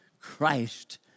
Christ